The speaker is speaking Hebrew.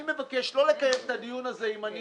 אני מבקש לא לקיים את הדיון הזה אם אני